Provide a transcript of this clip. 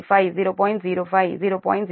కాబట్టి 0